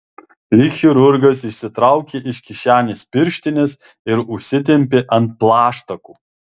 lyg chirurgas išsitraukė iš kišenės pirštines ir užsitempė ant plaštakų